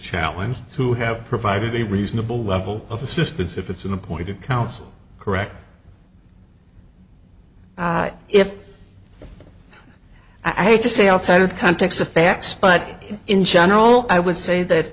challenge to have provided a reasonable level of assistance if it's an appointed counsel correct if i had to say outside of the context of facts but in general i would say that